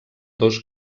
dos